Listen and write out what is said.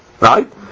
Right